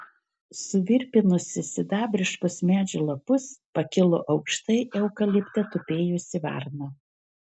suvirpinusi sidabriškus medžio lapus pakilo aukštai eukalipte tupėjusi varna